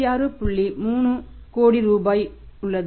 30 கோடி ரூபாய் உள்ளது